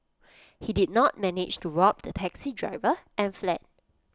he did not manage to rob the taxi driver and fled